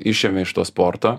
išėmė iš to sporto